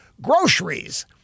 groceries